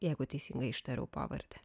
jeigu teisingai ištariau pavardę